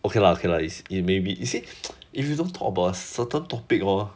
okay lah okay lah is may be you see if you don't talk about certain topic hor